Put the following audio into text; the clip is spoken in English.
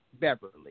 Beverly